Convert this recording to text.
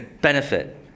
benefit